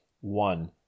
One